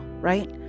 right